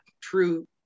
true